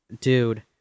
Dude